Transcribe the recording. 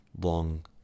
long